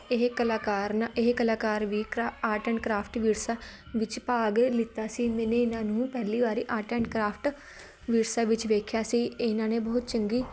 ਇਹ ਕਲਾਕਾਰ ਨਾ ਇਹ ਕਲਾਕਾਰ ਵੀ ਕਰਾ ਆਰਟ ਐਂਡ ਕ੍ਰਾਫਟ ਵਿਰਸਾ ਵਿੱਚ ਭਾਗ ਲਿੱਤਾ ਸੀ ਮੈਨੇ ਇਹਨਾਂ ਨੂੰ ਪਹਿਲੀ ਵਾਰੀ ਆਰਟ ਐਂਡ ਕ੍ਰਾਫਟ ਵਿਰਸਾ ਵਿੱਚ ਵੇਖਿਆ ਸੀ ਇਹਨਾਂ ਨੇ ਬਹੁਤ ਚੰਗੀ